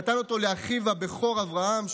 נתן אותו לאחיו הבכור אברהם,